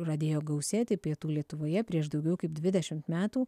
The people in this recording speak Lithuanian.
pradėjo gausėti pietų lietuvoje prieš daugiau kaip dvidešimt metų